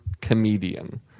comedian